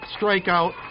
strikeout